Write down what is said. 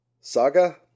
Saga